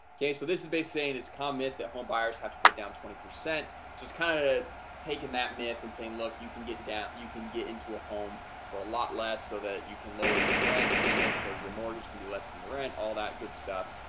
okay so this is they saying his comment that homebuyers have to put down twenty percent so it's kind of taking that myth and saying look you can get down you can get into a home for a lot less so that you can lower your rent payment so your mortgage can be less than your rent all that good stuff,